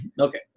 Okay